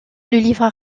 livre